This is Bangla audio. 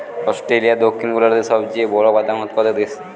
অস্ট্রেলিয়া দক্ষিণ গোলার্ধের সবচেয়ে বড় বাদাম উৎপাদক দেশ